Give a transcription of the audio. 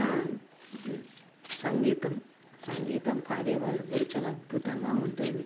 ఆ సంగీతం సంగీతం పాడేవాళ్ళు కూడా చాలా అద్భుతంగా ఉంటుంది